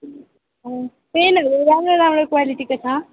पेनहरू राम्रो राम्रो क्वालिटीको छ